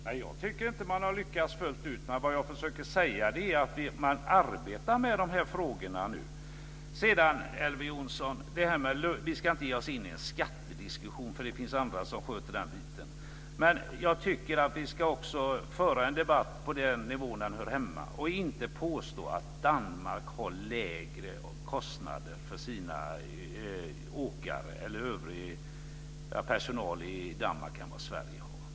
Fru talman! Jag tycker inte att man har lyckats fullt ut. Men vad jag försöker säga är att man nu arbetar med de här frågorna. Vi ska inte ge oss in i en skattediskussion. Det finns andra som sköter den biten. Men jag tycker att vi också ska föra debatten på den nivå där den hör hemma och inte påstå att Danmark har lägre kostnader för sina åkare eller övrig personal än vad Sverige har.